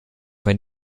wenn